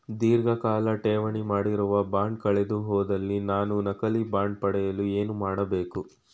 ಧೀರ್ಘಕಾಲ ಠೇವಣಿ ಮಾಡಿರುವ ಬಾಂಡ್ ಕಳೆದುಹೋದಲ್ಲಿ ನಾನು ನಕಲಿ ಬಾಂಡ್ ಪಡೆಯಲು ಏನು ಮಾಡಬೇಕು?